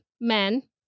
Men